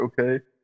okay